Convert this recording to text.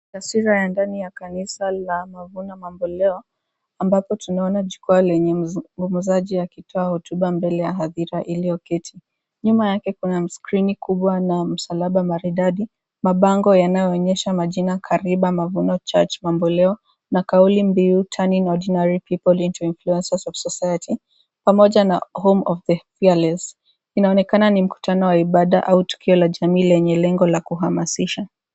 Taswira ya ndani ya kanisa la Mavuno Mamboleo, ambapo tunaona jukwaa lenye mzunguzaji wa kutoa hotuba mbele ya hadhira iliyoketi. Nyuma yake kuna skrini kubwa na msalaba maridadi mabango yanayoonyesha majina, "Karibu Mavuno Church Mamboleo" na kauli mbiu, "Turning Ordinary People into Influencers of Society" pamoja na, "Home of the Fearless". Inaonekana ni mkutano wa ibada au tukio la jamii lenye lengo la kuhamasisha.